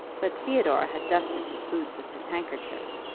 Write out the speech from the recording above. but theodore had dusted his boots with his handkerchief,